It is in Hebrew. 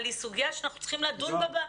אבל היא סוגיה שאנחנו צריכים לדון בה,